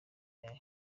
yayo